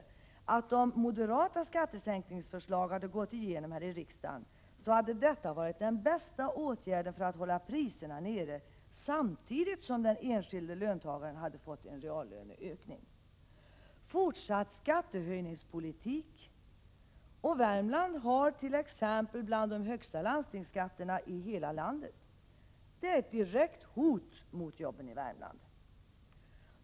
Han sade, att om det moderata skattesänkningsförslaget hade gått igenom här i riksdagen, hade detta varit det bästa för att hålla priserna nere, samtidigt som den enskilde löntagaren hade fått en reallöneökning. Fortsatt skattehöjningspolitik — och Värmland har t.ex. en landstingsskatt bland de högsta i landet — är ett direkt hot mot arbetena i Värmland.